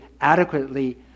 adequately